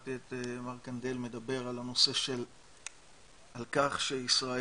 שכששמעתי את פרופ' קנדל מדבר על כך שישראלים,